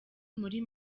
muri